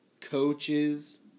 coaches